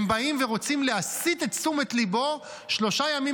הם באים ורוצים להסיט את תשומת ליבו שלושה ימים